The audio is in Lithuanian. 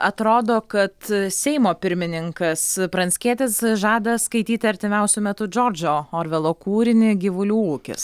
atrodo kad seimo pirmininkas pranckietis žada skaityti artimiausiu metu džordžo orvelo kūrinį gyvulių ūkis